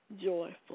joyful